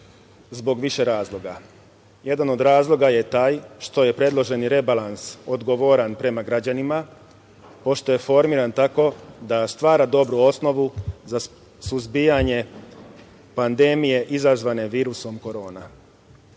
zbog više razloga. Jedan od razloga je taj što je predloženi rebalans odgovoran prema građanima, pošto je formiran tako da stvara dobru osnovu za suzbijanje pandemije izazvane virusom korona. Drugim